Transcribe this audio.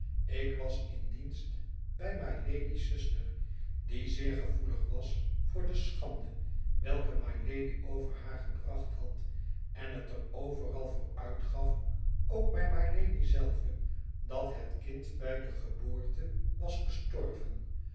ik was in dienst bij mylady's zuster die zeer gevoelig was voor de schande welke mylady over haar gebracht had en het er overal voor uitgaf ook bij mylady zelve dat het kind bij de geboorte was gestorven